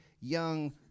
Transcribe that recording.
young